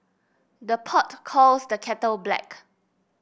the pot calls the kettle black